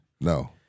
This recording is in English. No